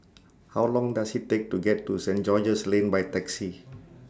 How Long Does IT Take to get to Saint George's Lane By Taxi